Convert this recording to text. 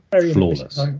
flawless